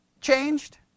changed